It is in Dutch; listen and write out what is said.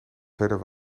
verder